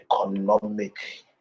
economic